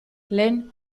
lehen